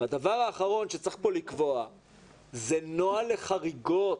הדבר האחרון שצריך לקבוע כאן הוא נוהל לחריגות.